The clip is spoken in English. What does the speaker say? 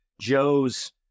Joe's